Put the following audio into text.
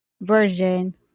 version